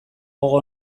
gogo